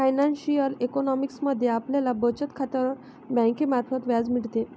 financial economics मध्ये आपल्याला बचत खात्यावर बँकेमार्फत व्याज मिळते